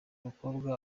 mukobwa